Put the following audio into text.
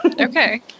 Okay